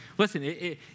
Listen